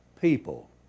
people